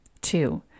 Two